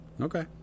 Okay